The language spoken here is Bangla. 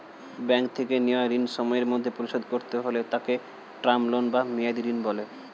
ব্যাঙ্ক থেকে নেওয়া ঋণ সময়ের মধ্যে পরিশোধ করতে হলে তাকে টার্ম লোন বা মেয়াদী ঋণ বলে